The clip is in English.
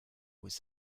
was